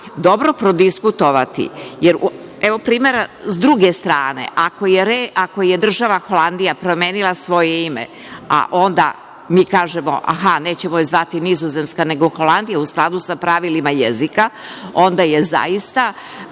dobro prodiskutovati, jer evo primera sa druge strane, ako je država Holandija promenila svoje ime, a onda mi kažemo – nećemo je zvati Nizozemska, nego Holandija u skladu sa pravilima jezika, onda je zaista